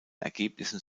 ergebnissen